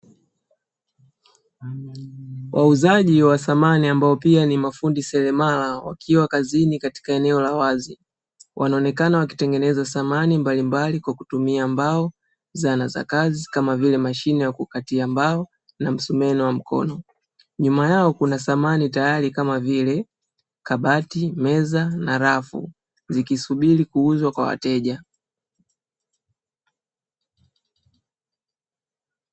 Wauzaji wa samani ambao pia ni mafundi seremala wakiwa kazini katika eneo la wazi. Wanaonekana wakitengeneza samani mbalimbali kwa kutumia mbao, zana za kazi kama vile: mashine ya kukatia mbao na msumeno wa mkono. Nyuma yao kuna samani tayari kama vile: kabati, meza na rafu zikisubiri kuuzwa kwa wateja.